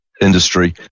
industry